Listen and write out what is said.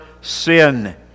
sin